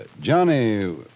Johnny